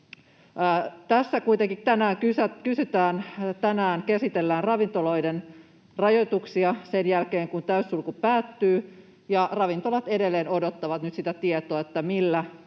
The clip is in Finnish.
Tässä kuitenkin tänään käsitellään ravintoloiden rajoituksia sen jälkeen, kun täyssulku päättyy, ja ravintolat edelleen odottavat nyt sitä tietoa, miten